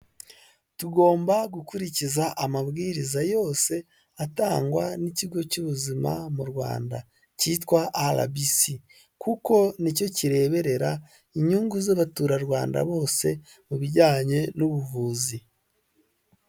Tugomba gukurikiza amabwiriza yose atangwa n'ikigo cy'ubuzima mu Rwanda cyitwa RBC kuko nicyo kireberera inyungu z'abaturarwanda bose mu bijyanye n'ubuvuzi.